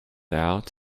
out